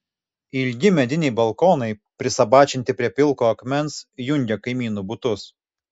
ilgi mediniai balkonai prisabačinti prie pilko akmens jungia kaimynų butus